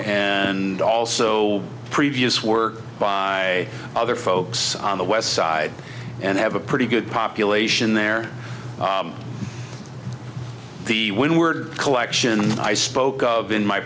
and also previous work by other folks on the west side and i have a pretty good population there the windward collection i spoke of in my